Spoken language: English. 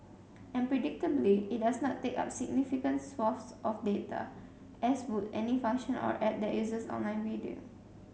and predictably it does take up significant swathes of data as would any function or app that uses online video